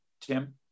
tim